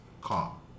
calm